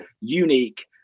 unique